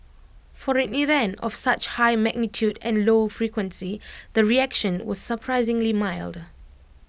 for an event of such high magnitude and low frequency the reaction was surprisingly mild